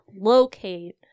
locate